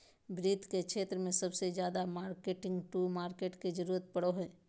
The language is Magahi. वित्त के क्षेत्र मे सबसे ज्यादा मार्किट टू मार्केट के जरूरत पड़ो हय